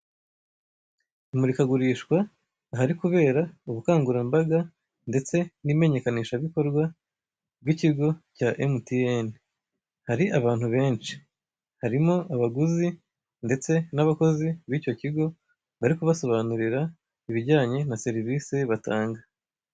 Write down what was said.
Imurikagurishwa, ahari kubera ubukangurambaga ndetse n'imenyekanishabikorwa bw'ikigo cya emutiyeni. Hari abantu benshi: harimo abaguzi ndetse n'abakozi by'icyo kigo, bari kubasobanurira ibijyanye na serivise batanga.